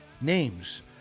names